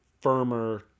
firmer